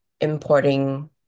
importing